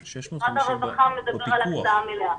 אז הרווחה מדווח על הקצאה מלאה.